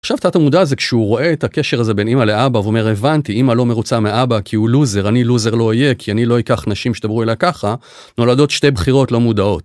עכשיו תת המודע זה כשהוא רואה את הקשר הזה בין אמא לאבא ואומר הבנתי אמא לא מרוצה מאבא כי הוא לוזר אני לוזר לא יהיה כי אני לא אקח נשים שדברו אלי ככה נולדות שתי בחירות לא מודעות.